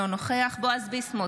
אינו נוכח בועז ביסמוט,